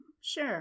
sure